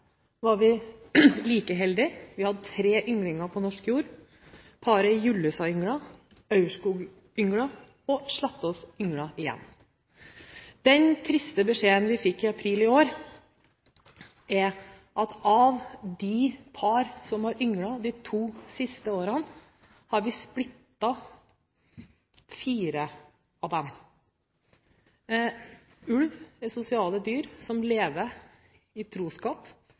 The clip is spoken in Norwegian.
var vi like heldige, vi hadde tre ynglinger på norsk jord – Julussa-paret ynglet, Aurskog-paret ynglet, og Slettås-paret ynglet igjen. Den triste beskjeden vi fikk i april i år, er at av de par som har ynglet de to siste årene, har vi splittet fire av dem. Ulv er sosiale dyr som lever i troskap,